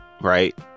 right